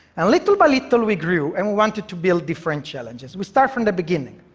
and little by little we grew and we wanted to build different challenges. we started from the beginning,